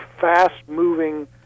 fast-moving